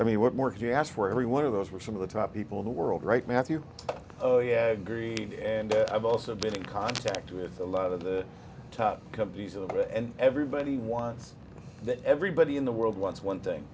i mean what more could you ask for every one of those were some of the top people in the world right matthew oh yeah and i've also been in contact with a lot of the top companies a little bit and everybody wants that everybody in the world wants one thing